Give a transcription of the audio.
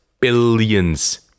billions